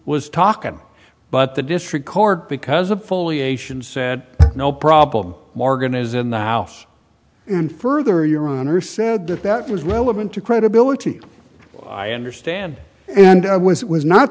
was talking but the district court because a foliation said no problem margan is in the house and further your honor said that that was relevant to credibility i understand and i was it was not